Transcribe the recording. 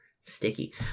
Sticky